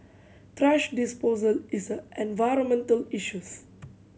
thrash disposal is an environmental issues